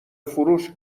فروش